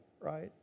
right